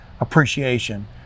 appreciation